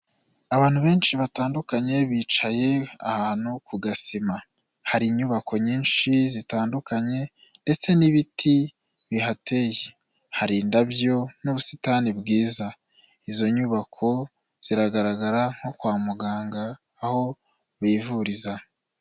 Abantu benshi batandukanye bicaye ahantu ku gasima hari inyubako nyinshi zitandukanye ndetse n'ibiti bihateye, hari indabyo n'ubusitani bwiza izo nyubako ziragaragara nko kwa muganga aho bivuriza.